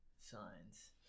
signs